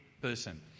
person